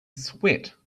sweat